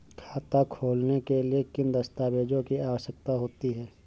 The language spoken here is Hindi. खाता खोलने के लिए किन दस्तावेजों की आवश्यकता होती है?